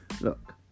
Look